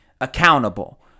accountable